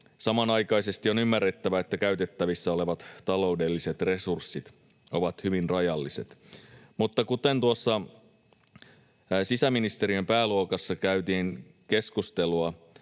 Samanaikaisesti on ymmärrettävä, että käytettävissä olevat taloudelliset resurssit ovat hyvin rajalliset. Mutta kuten tuossa sisäministeriön pääluokassa käydyssä keskustelussa